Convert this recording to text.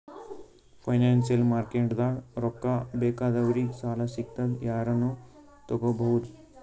financial ಮಾರ್ಕೆಟ್ದಾಗ್ ರೊಕ್ಕಾ ಬೇಕಾದವ್ರಿಗ್ ಸಾಲ ಸಿಗ್ತದ್ ಯಾರನು ತಗೋಬಹುದ್